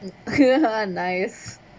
clear her nice